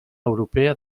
europea